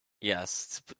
Yes